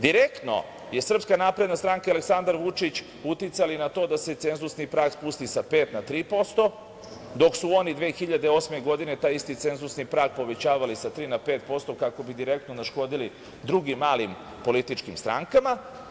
Direktno su Srpska napredna stranka i Aleksandar Vučić uticali na to da se cenzusni prag spusti sa 5% na 3%, dok su oni 2008. godine taj isti cenzusni prag povećavali sa 3% na 5% kako bi direktno naškodili drugim malim političkim strankama.